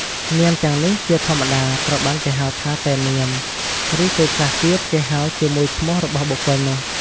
នាមទាំងនេះជាធម្មតាត្រូវបានគេហៅថាតែនាម ឬពេលខ្លះទៀតគេហៅជាមួយឈ្មោះរបស់បុគ្គលនោះ។